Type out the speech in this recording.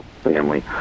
family